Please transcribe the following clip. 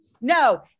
No